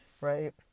right